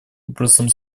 образом